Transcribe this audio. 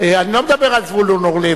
אני לא מדבר על זבולון אורלב,